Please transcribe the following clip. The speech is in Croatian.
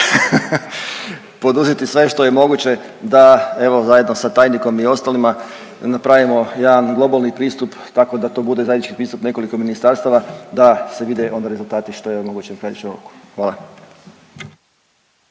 poduzeti sve što je moguće da evo zajedno sa tajnikom i ostalima, napravimo jedan globalni pristup tako da to bude zajednički pristup nekoliko ministarstava da se vide onda rezultati što je moguće …/Govornik